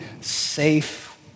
safe